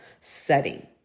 setting